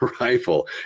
rifle